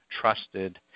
trusted